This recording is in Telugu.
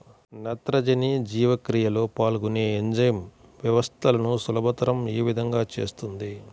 నత్రజని జీవక్రియలో పాల్గొనే ఎంజైమ్ వ్యవస్థలను సులభతరం ఏ విధముగా చేస్తుంది?